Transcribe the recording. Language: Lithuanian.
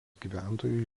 gyventojų